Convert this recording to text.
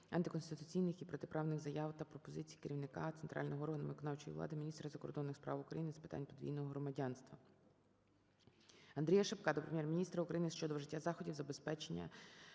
антиконституційних і протиправних заяв та пропозицій керівника центрального органу виконавчої влади – міністра закордонних справ України – з питань подвійного громадянства. АндріяШипка до Прем'єр-міністра України щодо вжиття заходів забезпечення